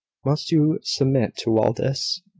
must you submit to all this?